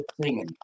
singing